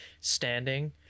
standing